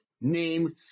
name's